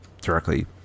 directly